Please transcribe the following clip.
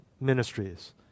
ministries